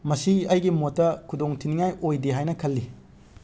ꯃꯁꯤ ꯑꯩꯒꯤ ꯃꯣꯠꯇ ꯈꯨꯗꯣꯡꯊꯤꯅꯤꯡꯉꯥꯏ ꯑꯣꯏꯗꯦ ꯍꯥꯏꯅ ꯈꯜꯂꯤ